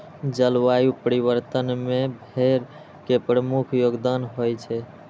जलवायु परिवर्तन मे भेड़ के प्रमुख योगदान होइ छै